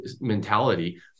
mentality